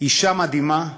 אישה מדהימה,